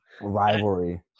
rivalry